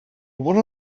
one